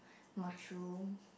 mushroom